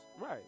right